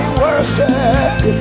worship